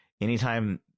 anytime